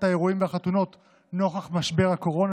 האירועים והחתונות נוכח משבר הקורונה,